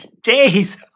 Days